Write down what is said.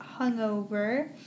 hungover